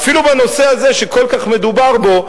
אפילו בנושא הזה שכל כך מדובר בו,